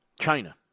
China